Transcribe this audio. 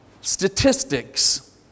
statistics